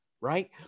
right